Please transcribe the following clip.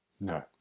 No